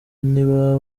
ntibaba